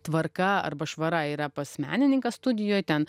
tvarka arba švara yra pas menininką studijoj ten